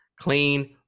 clean